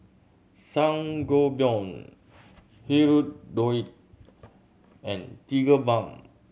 Sangobion Hirudoid and Tigerbalm